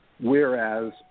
whereas